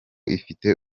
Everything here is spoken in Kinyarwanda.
ifite